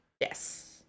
Yes